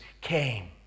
came